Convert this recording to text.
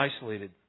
isolated